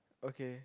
okay